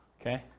Okay